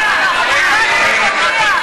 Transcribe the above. הוא הודיע,